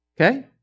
Okay